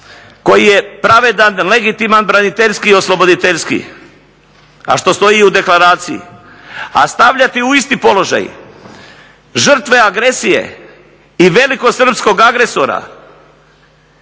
koji je pravedan, legitiman, braniteljski i osloboditeljski, a što stoji u deklaraciji, a stavljati u isti položaj žrtve agresije i velikosrpskog agresora